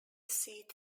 seat